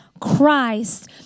Christ